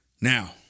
Now